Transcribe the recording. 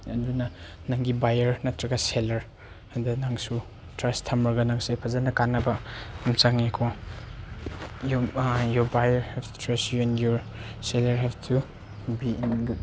ꯑꯗꯨꯅ ꯅꯪꯒꯤ ꯕꯥꯏꯌꯔ ꯅꯠꯇ꯭ꯔꯒ ꯁꯦꯜꯂꯔꯗ ꯅꯪꯁꯨ ꯇ꯭ꯔꯁ ꯊꯝꯃꯒ ꯅꯪꯁꯦ ꯐꯖꯅ ꯀꯥꯟꯅꯕ ꯑꯃ ꯆꯪꯉꯤꯀꯣ your buyer help to trust you and your seller help to be in good